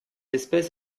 espèce